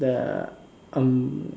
the um